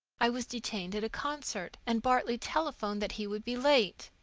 i was detained at a concert, and bartley telephoned that he would be late.